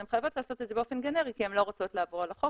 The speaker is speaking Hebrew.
אז הן חייבות לעשות את זה באופן גנרי כי הן לא רוצות לעבור על החוק